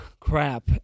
crap